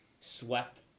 swept